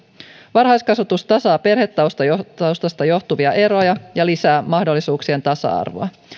varhaiskasvatus tasaa perhetaustasta johtuvia eroja ja lisää mahdollisuuksien tasa arvoa